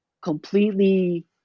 completely